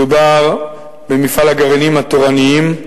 מדובר במפעל הגרעינים התורניים,